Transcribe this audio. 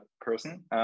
person